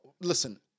listen